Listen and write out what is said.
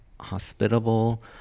hospitable